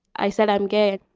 i said i'm gay.